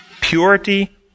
Purity